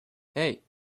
hey